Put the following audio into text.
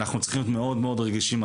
אנחנו צריכים להיות רגישים.